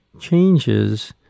changes